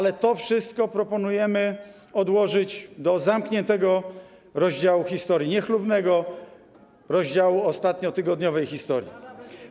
Jednak to wszystko proponujemy odłożyć do zamkniętego rozdziału historii, niechlubnego rozdziału ostatniotygodniowej historii.